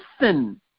listen